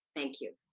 thank you.